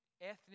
ethnic